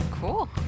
Cool